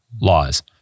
laws